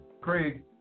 Craig